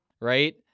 right